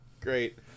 Great